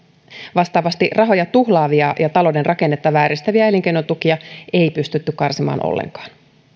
vastaavasti rahoja tuhlaavia ja talouden rakennetta vääristäviä elinkeinotukia ei pystytty karsimaan ollenkaan